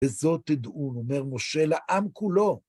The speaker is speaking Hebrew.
וזאת תדעו, אומר משה, לעם כולו.